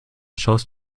schaust